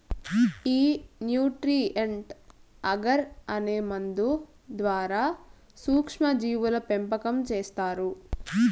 ఈ nutrient agar అనే మందు ద్వారా సూక్ష్మ జీవుల పెంపకం చేస్తారు